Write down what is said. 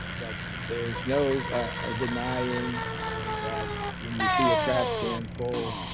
but there's no denying that when you see a trash can full,